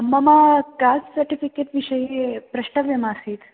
मम caste certificate विषये प्रष्टव्यमासीत्